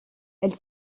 elle